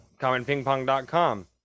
commentpingpong.com